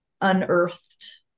unearthed